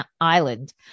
Island